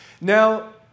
Now